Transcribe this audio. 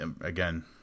again